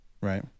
right